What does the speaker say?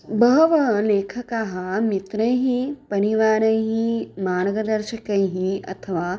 बहवः लेखकाः मित्रैः परिवारैः मार्गदर्शकैः अथवा